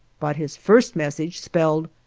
but his first message spelled,